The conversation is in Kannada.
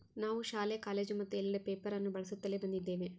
ನಾವು ಶಾಲೆ, ಕಾಲೇಜು ಮತ್ತು ಎಲ್ಲೆಡೆ ಪೇಪರ್ ಅನ್ನು ಬಳಸುತ್ತಲೇ ಬಂದಿದ್ದೇವೆ